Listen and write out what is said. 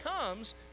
comes